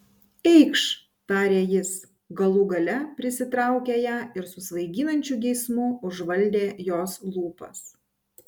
eikš tarė jis galų gale prisitraukė ją ir su svaiginančiu geismu užvaldė jos lūpas